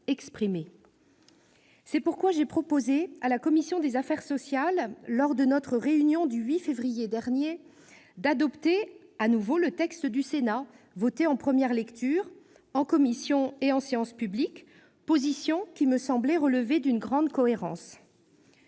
C'est pourquoi j'ai proposé à la commission des affaires sociales, lors de notre réunion du 8 février dernier, d'adopter à nouveau le texte du Sénat voté en première lecture, en commission et en séance publique, position qui me semblait relever d'une grande cohérence.